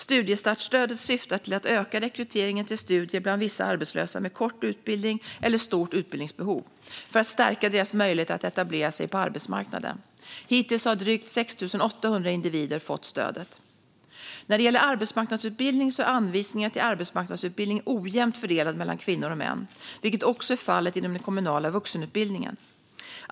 Studiestartsstödet syftar till att öka rekryteringen till studier bland vissa arbetslösa med kort utbildning eller stort utbildningsbehov, för att stärka deras möjligheter att etablera sig på arbetsmarknaden. Hittills har drygt 6 800 individer fått stödet. När det gäller arbetsmarknadsutbildning är anvisningarna till arbetsmarknadsutbildning ojämnt fördelade mellan kvinnor och män, vilket också är fallet inom den kommunala vuxenutbildningen.